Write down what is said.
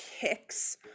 kicks